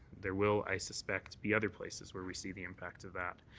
there will i suspect be other places where we see the impacts of that.